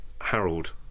Harold